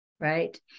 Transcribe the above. right